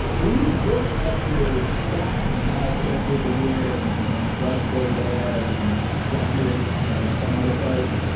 when you look at your stack and you have airtable here and and webflow there and zapier you know in some other place,